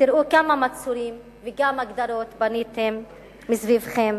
תראו כמה מצורים וכמה גדרות בניתם סביבכם.